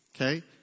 Okay